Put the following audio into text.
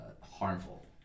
harmful